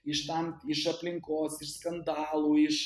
iš tam iš aplinkos iš skandalų iš